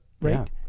right